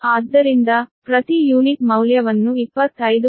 ಆದ್ದರಿಂದ ಪ್ರತಿ ಯೂನಿಟ್ ಮೌಲ್ಯವನ್ನು 25